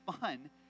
fun